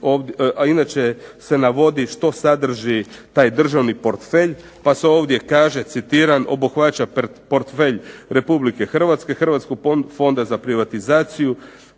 inače se navodi što sadrži taj državni portfelj pa se ovdje kaže citiram „obuhvaća portfelj Republike Hrvatske, Hrvatsko fonda za privatizaciju,